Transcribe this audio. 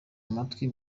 amatwi